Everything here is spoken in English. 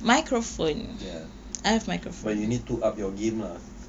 ya but you need to up your game ah